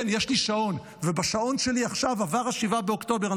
כן, יש לי שעון, ובשעון שלי עכשיו עבר 7 באוקטובר.